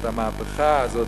את המהפכה הזאת,